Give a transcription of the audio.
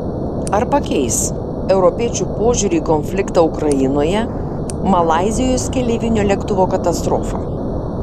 ar pakeis europiečių požiūrį į konfliktą ukrainoje malaizijos keleivinio lėktuvo katastrofa